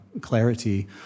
clarity